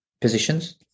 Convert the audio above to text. positions